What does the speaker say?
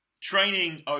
training